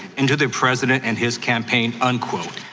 and to the president and his campaign, unquote.